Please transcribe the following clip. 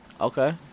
Okay